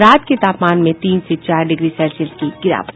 रात के तापमान में तीन से चार डिग्री सेल्सियस की गिरावट